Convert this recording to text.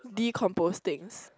decompose things